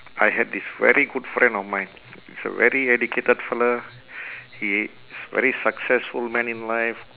I had this very good friend of mine he's a very dedicated fellow he is very successful man in life